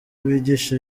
bigisha